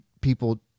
people